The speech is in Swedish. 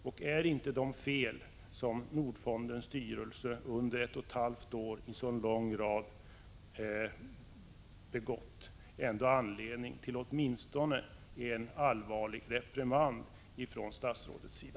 Ger inte de fel som Nordfondens styrelse under ett och ett halvt år i en så lång rad fall begått ändå anledning till åtminstone en allvarlig reprimand från statsrådets sida?